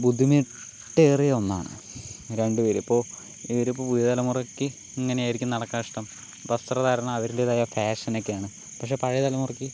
ബുദ്ധിമുട്ടേറിയ ഒന്നാണ് രണ്ട് പേര് ഇപ്പോൾ ഇവരിപ്പോൾ പുതിയ തലമുറക്ക് ഇങ്ങനെയായിരിക്കും നടക്കാൻ ഇഷ്ടം വസ്ത്രധാരണം അവരുടേതായ ഫാഷനൊക്കെയാണ് പക്ഷെ പഴയ തലമുറക്ക്